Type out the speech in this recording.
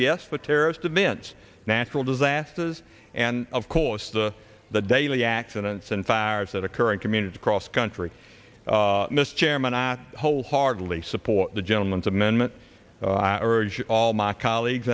yes the terrorist to mince natural disasters and of course the the daily accidents and fires that occur in communities across country mr chairman i wholeheartedly support the gentleman's amendment i urge all my colleagues